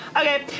Okay